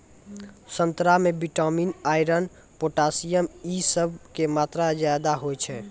संतरा मे vitamin, iron, potassium इ सभ के मात्रा ज्यादा होय छै